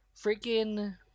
Freaking